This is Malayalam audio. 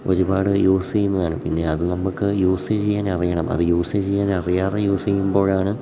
ഒരുപാട് യൂസ് ചെയ്യുന്നതാണ് പിന്നെ അത് നമുക്ക് യൂസ് ചെയ്യാൻ അറിയണം അത് യൂസേജ് ചെയ്യാൻ അറിയാതെ യൂസ് ചെയ്യുമ്പോഴാണ്